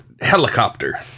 helicopter